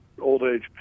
old-age